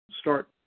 start